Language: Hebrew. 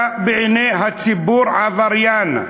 אתה בעיני הציבור עבריין.